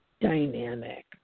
dynamic